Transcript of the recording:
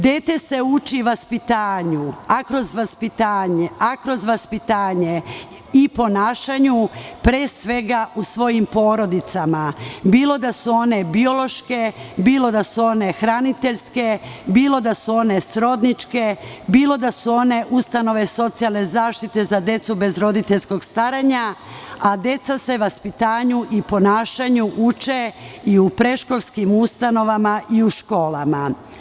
Dete se uči vaspitanju, a kroz vaspitanje i ponašanju, pre svega u svojim porodicama, bilo da su one biološke, bilo da su one hraniteljske, bilo da su one srodničke, bilo da su one ustanove socijalne zaštite za decu bez roditeljskog staranja, a deca se vaspitanju i ponašanju uče i u predškolskim ustanovama i u školama.